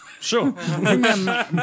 sure